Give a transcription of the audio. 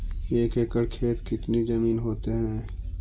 एक एकड़ खेत कितनी जमीन होते हैं?